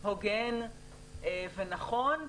הוגן ונכון,